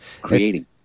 creating